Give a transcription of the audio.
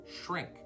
shrink